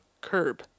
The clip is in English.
curb